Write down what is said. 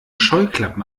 scheuklappen